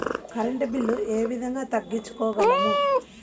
Current bill ఏ విధంగా తగ్గించుకోగలము?